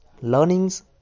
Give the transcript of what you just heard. learnings